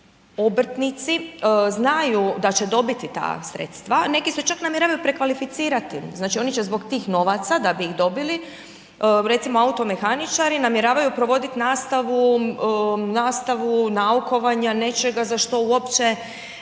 obrtnici znaju da će dobiti ta sredstva, neki se čak namjeravaju prekvalificirati, znači oni će zbog tih novaca, da bi ih dobili, recimo automehaničari namjeravaju provoditi nastavu naukovanja, nečega za što uopće